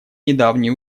недавние